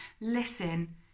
listen